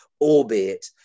albeit